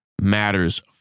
matters